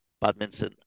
badminton